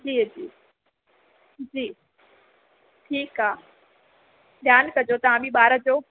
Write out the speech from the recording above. जी जी जी ठीकु आहे ध्यानु कजो तव्हां बि ॿार जो